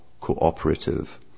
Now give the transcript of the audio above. cooperative